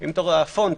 אם תראה את העברית